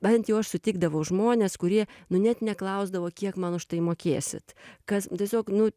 bent jau aš sutikdavau žmones kurie nu net neklausdavo kiek man už tai mokėsit kas tiesiog nu